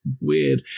weird